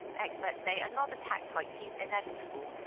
experts say another tax hike seems inevitable,